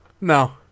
no